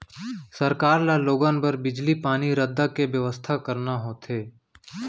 सरकार ल लोगन बर बिजली, पानी, रद्दा के बेवस्था करना होथे